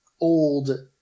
old